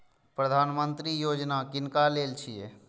प्रधानमंत्री यौजना किनका लेल छिए?